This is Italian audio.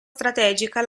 strategica